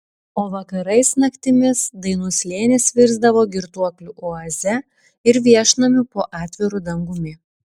o vakarais naktimis dainų slėnis virsdavo girtuoklių oaze ir viešnamiu po atviru dangumi